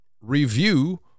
review